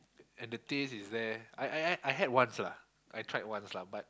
and the taste is there I I I I had once lah I tried once lah but